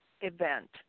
event